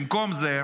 במקום זה,